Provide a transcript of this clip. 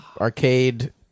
arcade